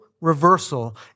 reversal